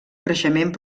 creixement